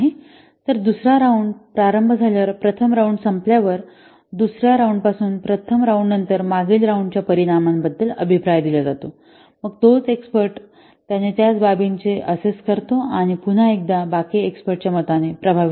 तर दुस राउंडपासून प्रारंभ झाल्यावर प्रथम राउंड संपल्यावर दुसर्या राउंडपासून प्रथम राउंड नंतर मागील राउंडच्या परिणामाबद्दल अभिप्राय दिला जातो मग तोच एक्स्पर्ट त्याने त्याच बाबींचे असेस करतो आणि पुन्हा एकदा बाकी एक्स्पर्ट च्या मताने प्रभावित होतो